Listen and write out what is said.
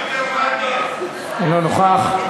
מוותר?